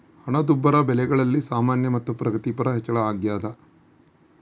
ಹಣದುಬ್ಬರ ಬೆಲೆಗಳಲ್ಲಿ ಸಾಮಾನ್ಯ ಮತ್ತು ಪ್ರಗತಿಪರ ಹೆಚ್ಚಳ ಅಗ್ಯಾದ